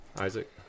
Isaac